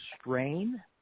strain